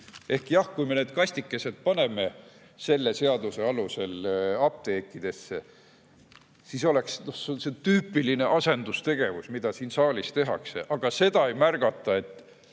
Kui me paneme need kastikesed selle seaduse alusel apteekidesse, siis on see tüüpiline asendustegevus, mida siin saalis tehakse. Aga seda ei märgata, et